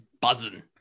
buzzing